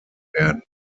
werden